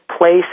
place